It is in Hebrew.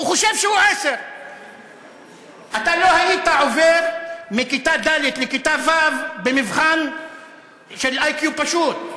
הוא חושב שהוא 10. אתה לא היית עובר מכיתה ד' לכיתה ו' במבחן IQ פשוט,